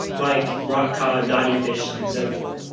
like rock cod, dotty fish and so forth.